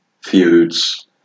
feuds